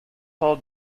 all